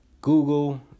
Google